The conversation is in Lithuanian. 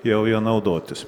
jau juo naudotis